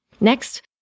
Next